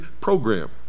program